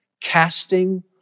casting